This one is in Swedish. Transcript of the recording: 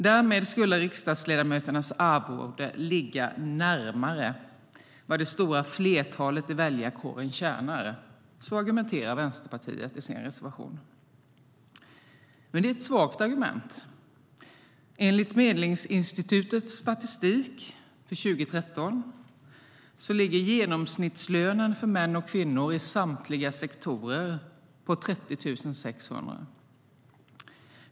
Därmed skulle riksdagsledamöternas arvode ligga närmare vad det stora flertalet i väljarkåren tjänar. Så argumenterar Vänsterpartiet i sin reservation. Men det är ett svagt argument. Enligt Medlingsinstitutets statistik för 2013 ligger genomsnittslönen för män och kvinnor i samtliga sektorer på 30 600.